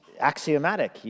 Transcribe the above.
axiomatic